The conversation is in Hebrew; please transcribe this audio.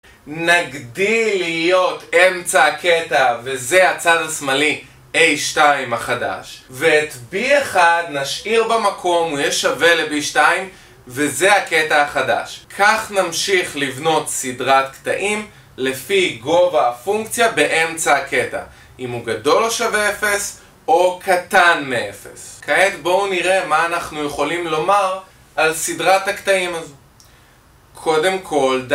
נגדיל להיות אמצע הקטע, וזה הצד השמאלי, A2 החדש ואת B1 נשאיר במקום, הוא יהיה שווה ל-B2, וזה הקטע החדש כך נמשיך לבנות סדרת קטעים לפי גובה הפונקציה באמצע הקטע אם הוא גדול או שווה 0, או קטן מ-0 כעת בואו נראה מה אנחנו יכולים לומר על סדרת הקטעים הזאת. קודם כל